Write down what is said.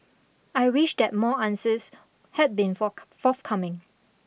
I wish that more answers had been for forthcoming